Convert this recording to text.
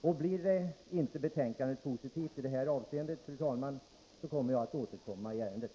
Blir inte socialavgiftsutredningens betänkande positivt i det här avseendet, fru talman, tänker jag återkomma i ärendet.